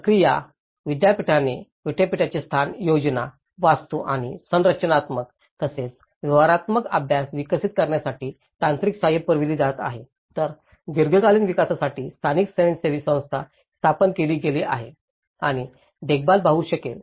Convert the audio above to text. सक्रिया विद्यापीठाचे स्थान योजना वास्तू आणि संरचनात्मक तसेच व्यवहार्यता अभ्यास विकसित करण्यासाठी तांत्रिक सहाय्य पुरवले जात आहे तर दीर्घकालीन विकासासाठी स्थानिक स्वयंसेवी संस्था स्थापन केली गेली आहे आणि देखभाल पाहू शकेल